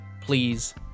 please